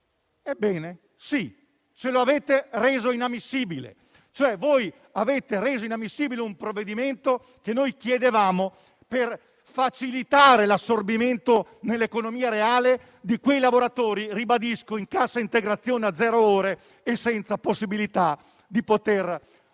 Ebbene, sì, ce lo avete reso inammissibile; voi avete reso inammissibile un provvedimento che noi chiedevamo per facilitare l'assorbimento nell'economia reale di quei lavoratori - ribadisco - in cassa integrazione a zero ore e senza possibilità di avere